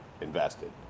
invested